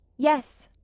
yes.